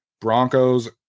Broncos